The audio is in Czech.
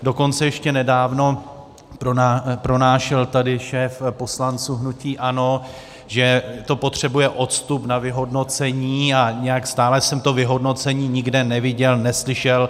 Dokonce ještě nedávno pronášel tady šéf poslanců hnutí ANO, že to potřebuje odstup na vyhodnocení, a nějak stále jsem to vyhodnocení nikde neviděl, neslyšel.